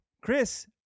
Chris